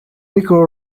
nicole